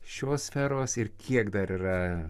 šios sferos ir kiek dar yra